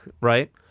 Right